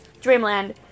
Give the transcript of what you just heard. Dreamland